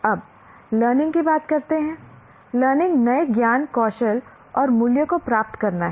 अब लर्निंग की बात करते हैं लर्निंग नए ज्ञान कौशल और मूल्यों को प्राप्त करना है